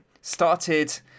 started